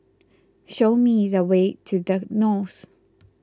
show me the way to the Knolls